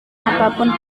apapun